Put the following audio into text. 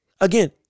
again